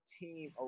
team